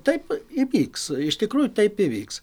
taip įvyks iš tikrųjų taip įvyks